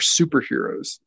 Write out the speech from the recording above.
superheroes